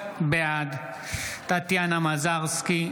בעד טטיאנה מזרסקי,